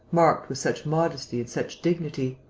marked with such modesty and such dignity.